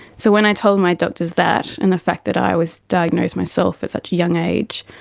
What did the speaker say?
so when i told my doctors that and the fact that i was diagnosed myself at such a young age,